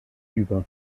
über